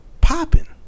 popping